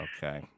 Okay